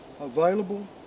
available